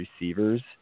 receivers